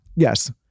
Yes